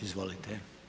Izvolite.